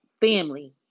Family